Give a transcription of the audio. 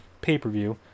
pay-per-view